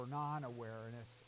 non-awareness